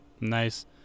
Nice